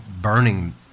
burning